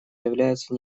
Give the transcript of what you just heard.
является